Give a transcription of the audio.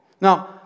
Now